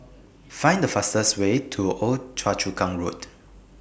Find The fastest Way to Old Choa Chu Kang Road